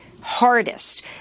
hardest